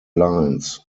lines